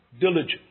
diligent